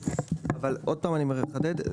אבל עוד פעם אני מחדד,